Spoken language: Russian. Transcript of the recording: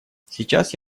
сейчас